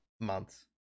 months